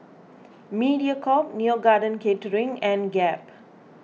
Mediacorp Neo Garden Catering and Gap